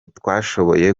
twashoboye